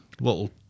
little